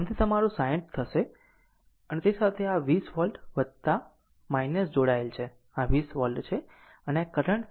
આમ તે તમારું 60 Ω હશે અને તે સાથે આ 20 વોલ્ટ જોડાયેલ છે આ 20 વોલ્ટ છે અને આ કરંટ તે i1 છે અને કરંટ i2 છે